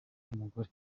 w’umugore